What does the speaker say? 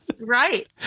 Right